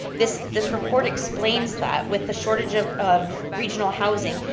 this this report explains that with the shortage of of regional housing,